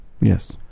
Yes